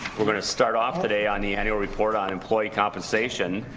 we're gonna start off the day on the annual report on employee compensation.